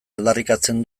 aldarrikatzen